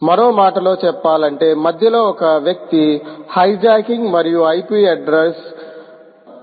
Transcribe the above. మరో మాటలో చెప్పాలంటే మధ్యలో ఒక వ్యక్తి హైజాకింగ్ మరియు IP అడ్రస్ను 10